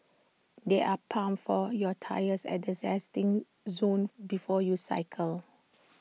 there are pumps for your tyres at the resting zone before you cycle